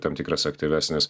tam tikras aktyvesnis